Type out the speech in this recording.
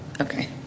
Okay